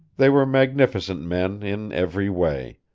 they were magnificent men, in every way.